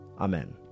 Amen